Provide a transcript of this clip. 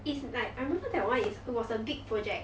it's like I remember that one is it was a big project